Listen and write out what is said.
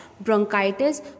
bronchitis